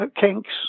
Kinks